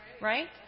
right